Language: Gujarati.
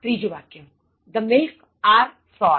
3 ત્રીજું વાક્ય The milk are sour